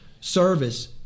service